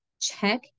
check